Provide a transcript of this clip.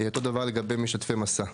אותו דבר לגבי משתתפי 'מסע'.